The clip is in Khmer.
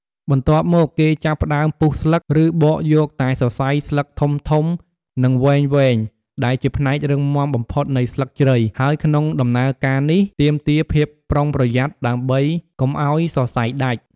បន្ទាប់មក គេចាប់ផ្តើមពុះស្លឹក ឬបកយកតែសរសៃស្លឹកធំៗ និងវែងៗ ដែលជាផ្នែករឹងមាំបំផុតនៃស្លឹកជ្រៃ ហើយក្នុងដំណើរការនេះទាមទារភាពប្រុងប្រយ័ត្នដើម្បីកុំឲ្យសរសៃដាច់។